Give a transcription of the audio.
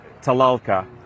Talalka